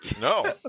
No